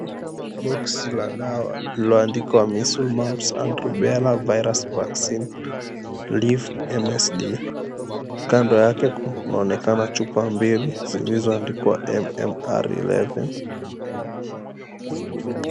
Boksi la dawa lililoandikwa Measle Mumps and Rubella Virus Vaccine, Leaf MSD. Kando yake kunaonekana chupa mbili zilizoandikwa MMR 11.